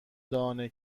دانه